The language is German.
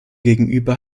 gegenüber